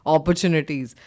Opportunities